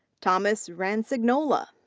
thomas ransegnola.